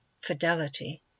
fidelity